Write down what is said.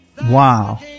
Wow